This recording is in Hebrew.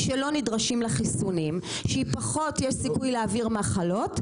שלא נדרשים לה חיסונים שהיא פחות יש סיכוי להעביר מחלות,